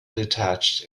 detached